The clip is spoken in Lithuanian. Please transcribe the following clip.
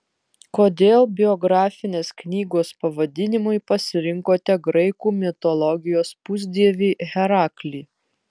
kodėl biografinės knygos pavadinimui pasirinkote graikų mitologijos pusdievį heraklį